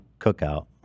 cookout